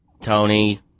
Tony